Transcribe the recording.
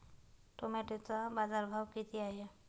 टोमॅटोचा बाजारभाव किती आहे?